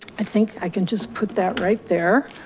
i think i can just put that right there.